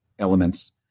elements